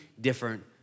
different